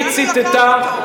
לאן הוא לקח אותו?